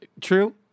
true